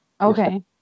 Okay